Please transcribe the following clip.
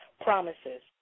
promises